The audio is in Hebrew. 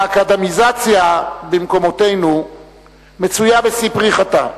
האקדמיזציה במקומותינו מצויה בשיא פריחתה.